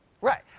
Right